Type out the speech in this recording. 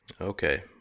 Okay